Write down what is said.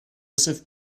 joseph